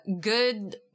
good